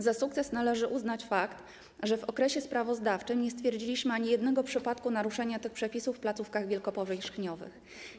Za sukces należy uznać fakt, że w okresie sprawozdawczym nie stwierdziliśmy ani jednego przypadku naruszenia tych przepisów w placówkach wielkopowierzchniowych.